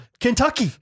Kentucky